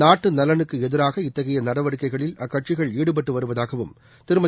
நாட்டு நலனுக்கு எதிராக இத்தகைய நடவடிக்கைளில் அக்கட்சிகள் ஈடுபட்டு வருவதாகவும் திருமதி